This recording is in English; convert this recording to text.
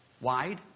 Wide